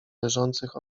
leżących